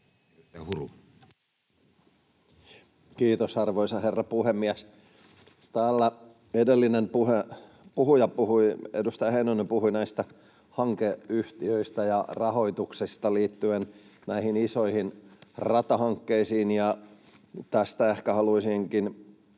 Kiitos, arvoisa herra puhemies! Täällä edellinen puhuja, edustaja Heinonen puhui näistä hankeyhtiöistä ja rahoituksesta liittyen näihin isoihin ratahankkeisiin. Tästä ehkä haluaisinkin